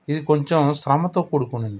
ఇది కొంచెం శ్రమతో కూడుకున్నది